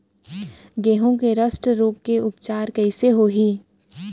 गेहूँ के रस्ट रोग के उपचार कइसे होही?